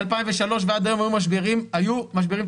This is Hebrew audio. מ-2003 ועד היום היו משברים תקציביים,